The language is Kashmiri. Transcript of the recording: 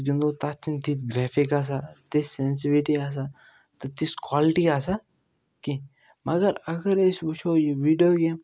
گِندو تتھ چھنہٕ تِتھۍ گرٛیفکٕس آسان تِژھ سیٚنسوٕٹی آسان تہٕ تِژھ کالٹی آسان کینٛہہ مَگر اَگر أسۍ وٕچھو یہِ ویٖڈیو گیم